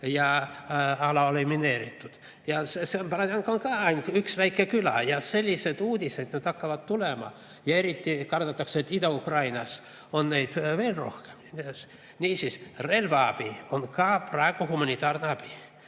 ja ala oli mineeritud. Borodjanka on ka ainult üks väike küla. Sellised uudised nüüd hakkavad tulema ja kardetakse, et Ida-Ukrainas on neid veel rohkem. Niisiis, relvaabi on ka praegu humanitaarne abi.